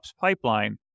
pipeline